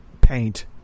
paint